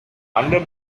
under